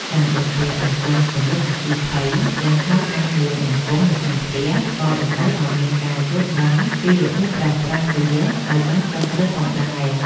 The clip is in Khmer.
ការបំពាក់បំពង់ពន្លត់អគ្គីភ័យយ៉ាងហោចណាស់មួយបំពង់នៅក្នុងផ្ទះ ក៏តម្រូវឲ្យមានការយល់ដឹងពីរបៀបប្រើប្រាស់វាឱ្យបានត្រឹមត្រូវផងដែរ។